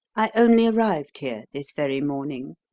i only arrived here this very morning.